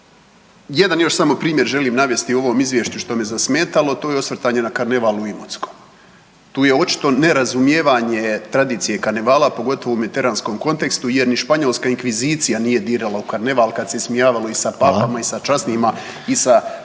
Jedan još samo primjer želim navesti u ovom Izvješću što me zasmetalo, a to je osvrtanje na karneval u Imotskom. Tu je očito nerazumijevanje tradicije karnevala pogotovo u mediteranskom kontekstu, jer ni španjolska inkvizija nije dirala u karneval kada se ismijavalo i sa papama, i sa časnima i sa biskupima,